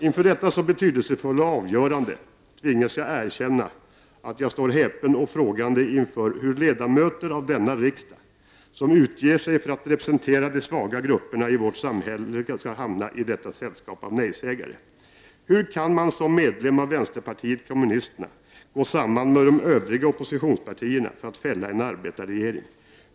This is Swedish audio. Inför detta så betydelsefulla avgörande tvingas jag erkänna att jag står häpen och frågande inför hur ledamöter av denna riksdag som utger sig för att representera de svaga grupperna i vårt samhälle kan hamna i detta sällskap av nej-sägare. Hur kan man som medlem av vänsterpartiet kommunisterna gå samman med de övriga oppositionspartierna för att fälla en arbetarregering?